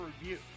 review